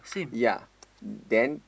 yea then